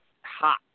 hot